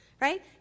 right